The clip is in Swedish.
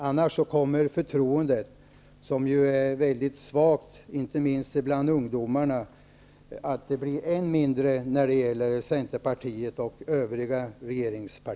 Annars kommer förtroendet, som är svagt inte minst bland ungdomarna, att bli än mindre för